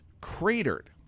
cratered